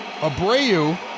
Abreu